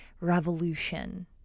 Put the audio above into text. revolution